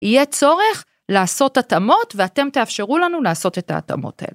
יהיה צורך לעשות התאמות, ואתם תאפשרו לנו לעשות את ההתאמות האלה.